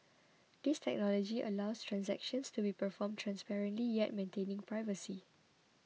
this technology allows transactions to be performed transparently yet maintaining privacy